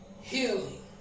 healing